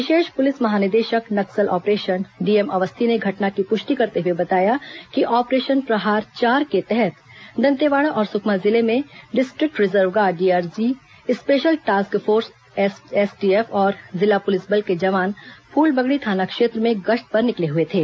विशेष police महानिदेशक Naxal operation DM Awasthi ने घटना की पुष्टि करते हुए बताया कि ऑपरेशन प्रहार चार के तहत दंतेवाड़ा और सुकमा जिले में district reserve guard DRG special task force STF और जिला पुलिस बल के जवान फूलबगड़ी थाना क्षेत्र में गश्त पर निकले हुए थे